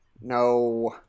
No